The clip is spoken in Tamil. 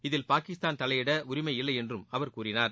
இதில் பாகிஸ்தான் தலையிட உரிமை இல்லை என்றும் அவர் கூறினார்